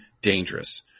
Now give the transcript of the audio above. dangerous